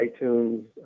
iTunes